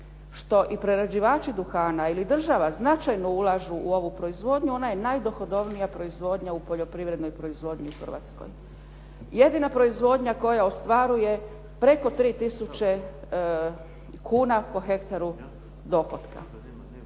što i prerađivači duhana ili država značajno ulažu u ovu proizvodnju ona je najdohodovnija proizvodnja u poljoprivrednoj proizvodnji u Hrvatskoj. Jedina proizvodnja koja ostvaruje preko 3000 kuna po hektaru dohotka.